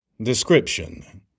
Description